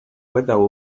weather